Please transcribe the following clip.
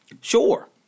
Sure